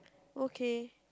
okay